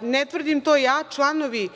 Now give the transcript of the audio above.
Ne tvrdim to ja, članovi